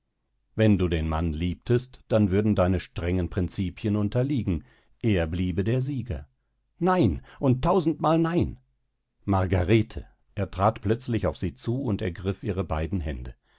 wenn du den mann liebtest dann würden deine strengen prinzipien unterliegen er bliebe der sieger nein und tausendmal nein margarete er trat plötzlich auf sie zu und ergriff ihre beiden hände